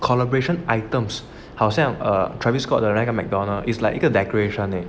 collaboration items 好像 err travis scott 的那个 Mcdonald's is like 一个 decoration